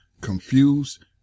Confused